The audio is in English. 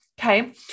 Okay